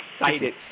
excited